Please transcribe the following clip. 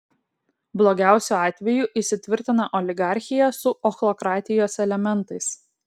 blogiausiu atveju įsitvirtina oligarchija su ochlokratijos elementais